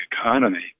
economy